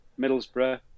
Middlesbrough